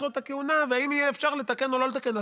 לו את הכהונה והאם יהיה אפשר לתקן או לא לתקן.